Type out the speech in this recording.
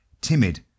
timid